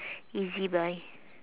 ezbuy